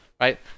right